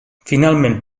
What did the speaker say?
finalment